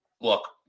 look